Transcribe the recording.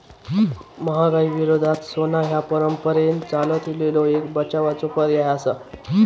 महागाई विरोधात सोना ह्या परंपरेन चालत इलेलो एक बचावाचो पर्याय आसा